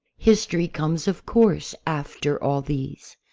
history comes, of course, after all these.